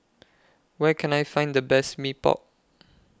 Where Can I Find The Best Mee Pok